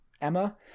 Emma